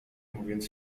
mówiąc